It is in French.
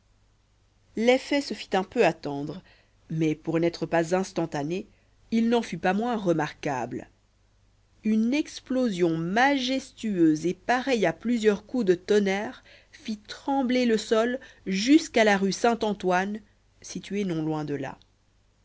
l'effet se fit un peu attendre mais pour n'être pas instantané il n'en fut pas moins remarquable une explosion majestueuse et pareille à plusieurs coups de tonnerre fit trembler le sol jusqu'à la rue saint-antoine située non loin de là